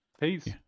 Peace